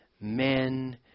men